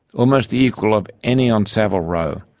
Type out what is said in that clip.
almost the equal of any on savile row,